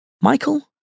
Michael